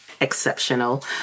exceptional